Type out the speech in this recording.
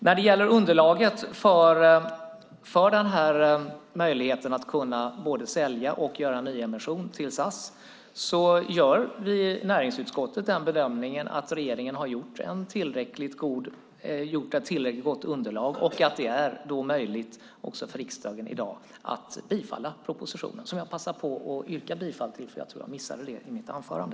När det gäller underlaget för den här möjligheten att både sälja och göra nyemission i SAS gör vi i näringsutskottet bedömningen att regeringen har gjort ett tillräckligt gott underlag och att det då är möjligt för riksdagen att i dag bifalla propositionen, som jag passar på att yrka bifall till. Jag tror att jag missade det i mitt anförande.